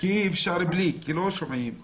כי אי אפשר בלי כי לא שומעים.